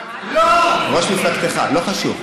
ראש מפלגתך, לא חשוב.